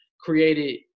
created